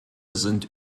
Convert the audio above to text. sind